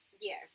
yes